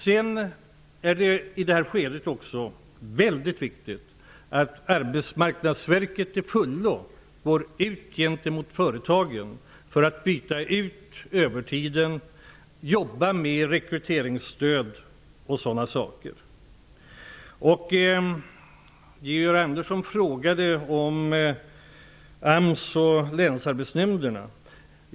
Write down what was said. I det här skedet är det också väldigt viktigt att Arbetsmarknadsverket till fullo går ut till företagen med budskapet attt byta ut övertiden, jobba med rekryteringsstöd och liknande. Georg Andersson frågade om AMS och länsarbetsnämnderna.